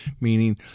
meaning